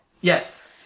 Yes